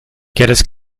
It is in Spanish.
quieres